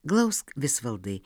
glausk visvaldai